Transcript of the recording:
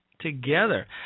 Together